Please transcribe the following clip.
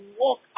walk